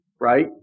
right